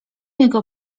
jego